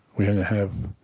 we had to have